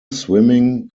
swimming